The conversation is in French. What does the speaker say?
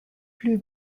plus